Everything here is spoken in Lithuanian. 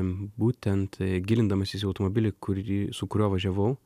būtent gilindamasis į automobilį kurį su kuriuo važiavau